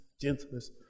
gentleness